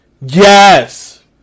Yes